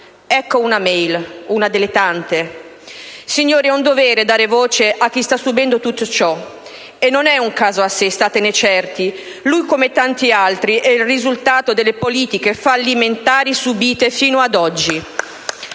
Ecco una *mail*, una delle tante. Signori, è un dovere dar voce a chi sta subendo tutto ciò. E non è un caso a sé, statene certi: lui, come tanti altri, è il risultato delle politiche fallimentari subite fino ad oggi.